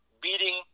beating